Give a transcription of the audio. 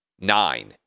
Nine